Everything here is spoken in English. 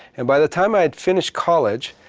and by the time i had finished college,